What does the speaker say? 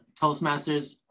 Toastmasters